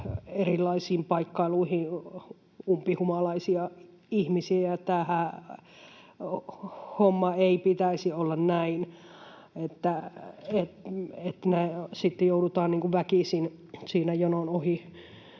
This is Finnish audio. erilaisiin paikkailuihin umpihumalaisia ihmisiä. Hommanhan ei pitäisi olla näin, että ne sitten joudutaan